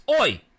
Oi